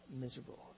miserable